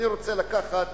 אני רוצה לקחת